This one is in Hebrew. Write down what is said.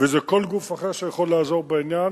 וזה כל גוף אחר שיכול לעזור בעניין,